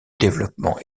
développement